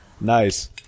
nice